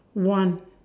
one